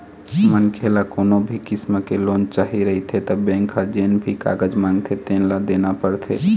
मनखे ल कोनो भी किसम के लोन चाही रहिथे त बेंक ह जेन भी कागज मांगथे तेन ल देना परथे